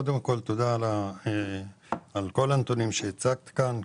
קודם כל, תודה על כל הנתונים שהצגת כאן.